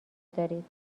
دارید